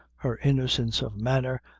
her innocence of manner,